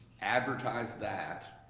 advertise that,